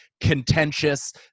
contentious